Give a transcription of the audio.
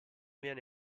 viene